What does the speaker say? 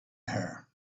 her